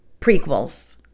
prequels